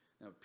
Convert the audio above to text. Now